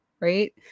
right